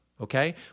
okay